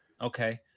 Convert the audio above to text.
Okay